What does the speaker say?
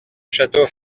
château